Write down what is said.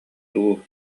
дуу